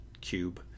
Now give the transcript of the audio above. cube